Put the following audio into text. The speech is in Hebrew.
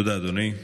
תודה, אדוני.